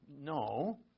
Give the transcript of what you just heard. No